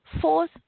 fourth